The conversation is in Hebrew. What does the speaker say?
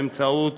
באמצעות